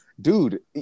dude